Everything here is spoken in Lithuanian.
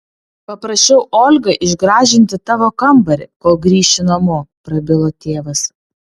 paprašiau olgą išgražinti tavo kambarį kol grįši namo prabilo tėvas